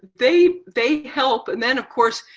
they they help, and then of course,